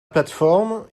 plateforme